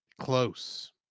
Close